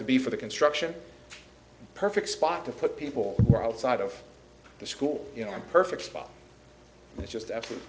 to be for the construction perfect spot to put people outside of the school you know perfect spot just absolutely